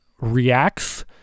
reacts